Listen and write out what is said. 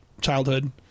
childhood